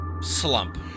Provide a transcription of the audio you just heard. slump